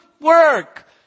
Work